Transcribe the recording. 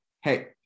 hey